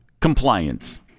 compliance